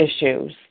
issues